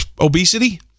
obesity